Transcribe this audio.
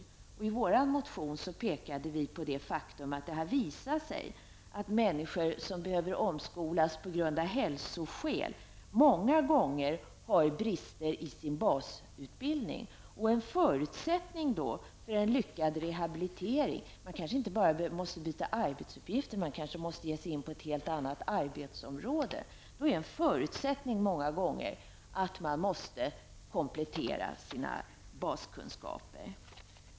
Vi pekade i vår motion på det faktum att det har visat sig att människor som behöver omskolas av hälsoskäl många gånger har brister i sin basutbildning. En förutsättning för en lyckad rehabilitering -- man kanske inte bara behöver byta arbetsuppgifter, utan man kanske måste ge sig in på ett helt annat arbetsområde -- är då många gånger att man får komplettera sina baskunskaper.